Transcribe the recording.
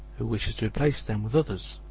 who wishes to replace them with others.